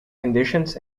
conditions